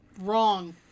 wrong